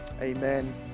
amen